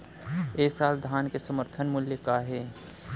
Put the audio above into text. ए साल धान के समर्थन मूल्य का हे?